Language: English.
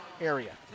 area